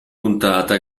puntata